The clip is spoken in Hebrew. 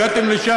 הגעתם לשם,